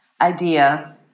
idea